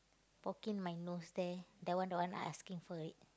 poking my nose there that one the one I asking for it